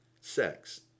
Sex